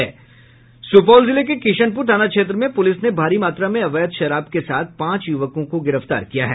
सुपौल जिले के किशनपुर थाना क्षेत्र में पुलिस ने भारी मात्रा में अवैध शराब के साथ पांच युवकों को गिरफ्तार किया है